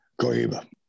Cohiba